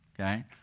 okay